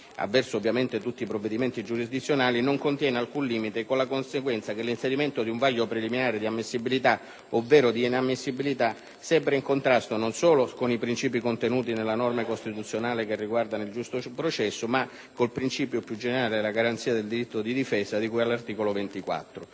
avverso tutti i provvedimenti giurisdizionali, l'articolo 111 non contiene alcun limite, con la conseguenza che l'inserimento di un vaglio preliminare di ammissibilità, ovvero di inammissibilità, sembra in contrasto non solo con i principi contenuti nella norma costituzionale che riguardano il giusto processo, ma con il principio più generale della garanzia del diritto di difesa, di cui all'articolo 24.